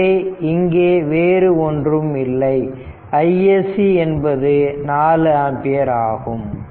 எனவே இங்கே வேறு ஒன்றும் இல்லை isc என்பது 4 ஆம்பியர் ஆகும்